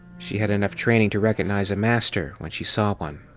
she had enough training to recognize a master when she saw one.